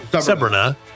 Sabrina